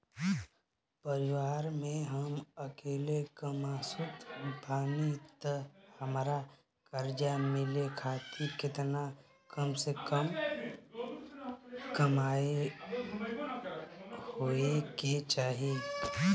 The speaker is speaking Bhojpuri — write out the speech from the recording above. परिवार में हम अकेले कमासुत बानी त हमरा कर्जा मिले खातिर केतना कम से कम कमाई होए के चाही?